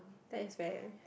that is very